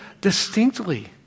distinctly